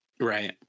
Right